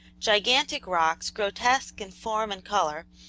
gigantic rocks, grotesque in form and color,